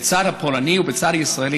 בצד הפולני ובצד הישראלי,